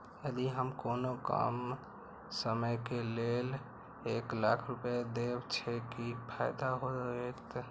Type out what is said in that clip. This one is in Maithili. यदि हम कोनो कम समय के लेल एक लाख रुपए देब छै कि फायदा होयत?